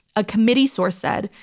a committee source said,